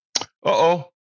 Uh-oh